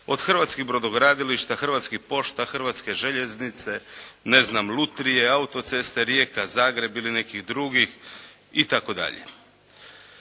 od hrvatskih brodogradilišta, Hrvatskih pošta, Hrvatske željeznice, ne znam Lutrije, Auto-ceste Rijeka-Zagreb ili nekih drugih i